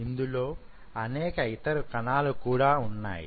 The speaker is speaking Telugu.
ఇందులో అనేక ఇతర కణాలు కూడా ఉన్నాయి